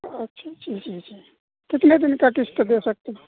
اچھا ٹھیک ہے کتنے دن کا قسط دے سکتے